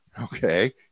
okay